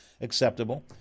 acceptable